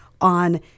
on